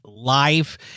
life